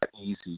easy